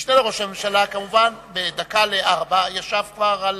המשנה לראש הממשלה, בדקה ל-16:00 ישב כבר על